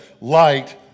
light